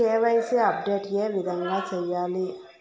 KYC update ఏ విధంగా సేయాలి?